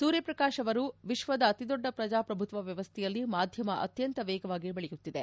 ಸೂರ್ಯಪ್ರಕಾಶ್ ಅವರು ವಿಶ್ವದ ಅತಿದೊದ್ಡ ಪ್ರಜಾಪ್ರಭುತ್ವ ವ್ಯವಸ್ದೆಯಲ್ಲಿ ಮಾಧ್ಯಮ ಅತ್ಯಂತ ವೇಗವಾಗಿ ಬೆಳೆಯುತ್ತಿದೆ